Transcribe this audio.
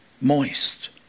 moist